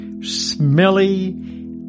smelly